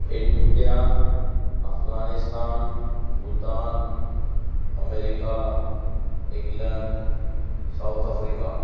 India Afghanistan Bhutan America England South Africa